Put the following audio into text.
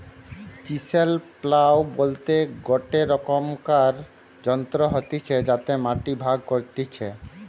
chisel plough বলতে গটে রকমকার যন্ত্র হতিছে যাতে মাটি ভাগ করতিছে